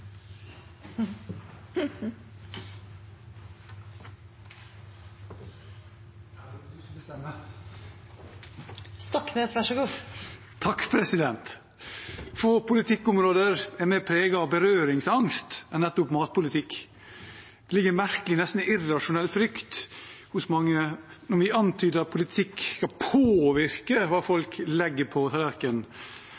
Få politikkområder er mer preget av berøringsangst enn nettopp matpolitikk. Det ligger en merkelig, nesten irrasjonell frykt hos mange når vi antyder at politikk skal påvirke hva